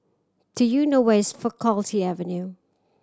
do you know where is Faculty Avenue